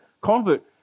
convert